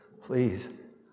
please